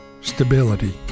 stability